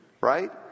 right